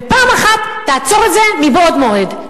ופעם אחת תעצור את זה מבעוד מועד.